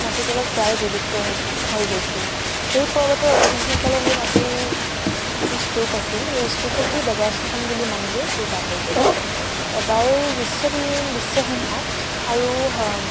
মাটি তলত প্ৰায় বিলুপ্ত হ হৈ গৈছিল সেই পৰ্বতৰ অধিবাসীসকলে সেই মাটিৰ যি স্তূপ আছিল সেই স্তূপকে দেৱস্থান বুলি মানি লৈ পূজা কৰিছিল এবাৰ বিশ্ববি বিশ্বসিংহক আৰু